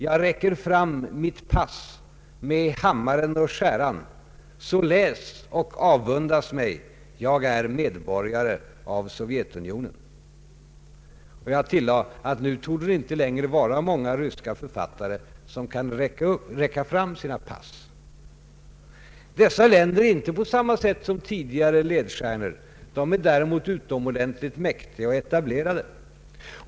.. ”Jag räcker fram mitt pass med hammaren och skäran, så läs och avundas mig: jag är medborgare i Sovjetunionen.” Jag tillade: ”Nu torde det inte längre vara många ryska författare som kan räcka fram sina pass. Dessa länder är icke på samma sätt som tidigare ledstjärnor. De är däremot utomordentligt mäktiga och etablerade.